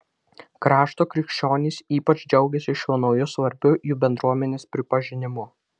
krašto krikščionys ypač džiaugiasi šiuo nauju svarbiu jų bendruomenės pripažinimu